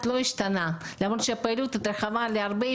שלום, בוקר טוב.